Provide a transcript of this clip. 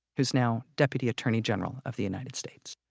who is now deputy attorney general of the united states